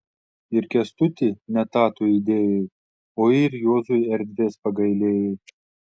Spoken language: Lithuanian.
ir kęstutį ne tą tu įdėjai o ir juozui erdvės pagailėjai